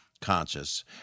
conscious